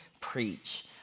preach